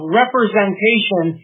representation